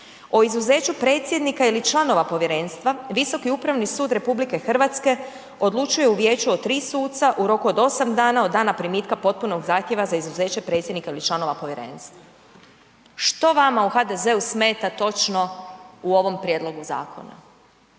O izuzeću predsjednika ili članova povjerenstva Visoki upravni sud RH odlučuje u vijeću od tri suca u roku od osam dana od dana primitka potpunog zahtjeva za izuzeće predsjednika ili članova povjerenstva.“ Što vama u HDZ-u smeta točno u ovom prijedlogu zakona